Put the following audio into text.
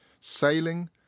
sailing